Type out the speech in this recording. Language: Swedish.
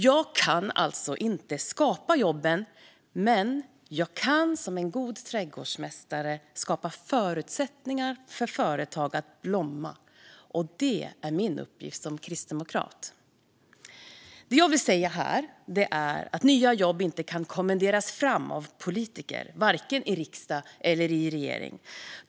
Jag kan inte skapa jobben, men jag kan som en god trädgårdsmästare skapa förutsättningar för företag att blomma, och det är min uppgift som kristdemokrat. Det jag vill säga här är att nya jobb inte kan kommenderas fram av politiker, vare sig i riksdag eller regering.